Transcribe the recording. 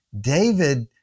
David